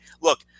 Look